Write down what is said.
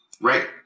Right